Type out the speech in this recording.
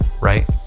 right